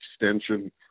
extension